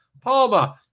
Palmer